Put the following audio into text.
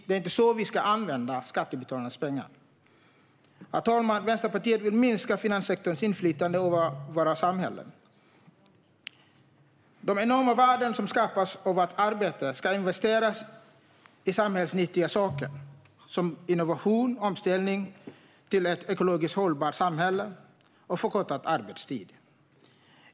Det är inte så vi ska använda skattebetalarnas pengar. Herr talman! Vänsterpartiet vill minska finanssektorns inflytande över våra samhällen. De enorma värden som skapas av vårt arbete ska investeras i samhällsnyttiga saker som innovationer, omställning till ett ekologiskt hållbart samhälle och förkortad arbetstid.